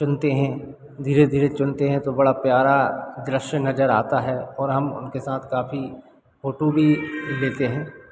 चुनते हैं धीरे धीरे चुनते हैं तो बड़ा प्यारा दृश्य नज़र आता है और हम उनके साथ काफ़ी फोटो भी लेते हैं